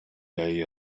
day